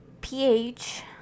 ph